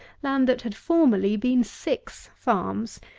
land that had formerly been six farms,